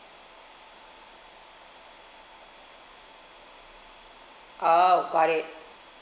oh got it